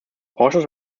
portions